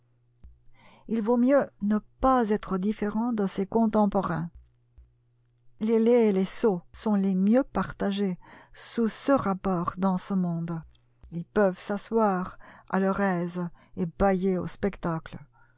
il vaut mieux ne pas être différent de ses contemporains les laids et les sots sont les mieux partagés sous ce rapport dans ce monde ils peuvent s'asseoir à leur aise et bâiller au spectacle